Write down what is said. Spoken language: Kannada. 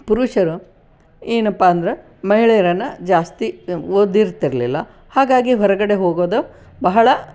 ಪುರುಷರು ಏನಪ್ಪಾ ಅಂದ್ರೆ ಮಹಿಳೆಯರನ್ನು ಜಾಸ್ತಿ ಓದಿರ್ತಿರಲಿಲ್ಲ ಹಾಗಾಗಿ ಹೊರಗಡೆ ಹೋಗೋದು ಬಹಳ